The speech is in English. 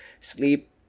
sleep